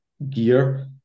gear